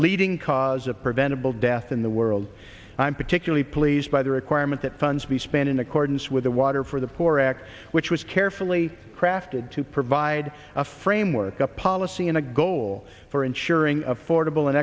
leading cause of preventable death in the world i'm particularly pleased by the requirement that funds be spent in accordance with the water for the poor act which was carefully crafted to provide a framework a policy and a goal for ensuring affordable an